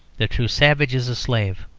the true savage is a slave,